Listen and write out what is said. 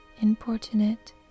importunate